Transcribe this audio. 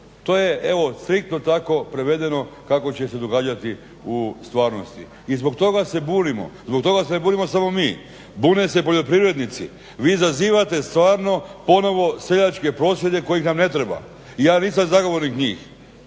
To je evo striktno tako prevedeno kako će se događati u stvarnosti. I zbog toga se bunimo. Zbog toga se bunimo samo mi. Bune se poljoprivrednici. Vi izazivate stvarno ponovo seljačke prosvjede kojih nam ne treba i ja nisam zagovornik njih.